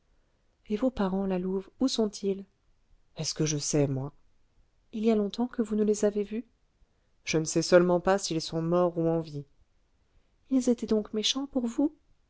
et vos parents la louve où sont-ils est-ce que je sais moi il y a longtemps que vous ne les avez vus je ne sais seulement pas s'ils sont morts ou en vie ils étaient donc méchants pour vous